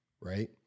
Right